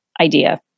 idea